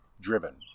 driven